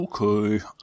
okay